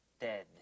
dead